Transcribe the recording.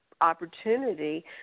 opportunity